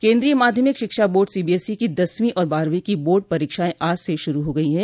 केन्द्रीय माध्यमिक शिक्षा बोर्ड सीबीएसई की दसवीं और बारहवीं की बोर्ड परीक्षाएं आज से शुरू हो गई हैं